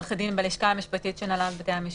אתה יודע לפעמים פגישה כזו יכולה לשנות הידברות.